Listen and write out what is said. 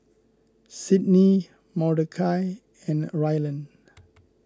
Sydney Mordechai and Rylan